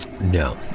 No